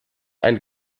ein